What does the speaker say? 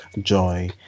joy